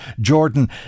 Jordan